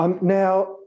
Now